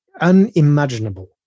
unimaginable